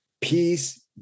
Peace